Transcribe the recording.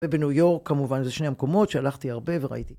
ובניו יורק כמובן זה שני המקומות שהלכתי הרבה וראיתי.